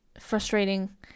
frustrating